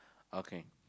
okay